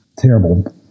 Terrible